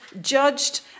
judged